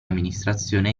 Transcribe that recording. amministrazione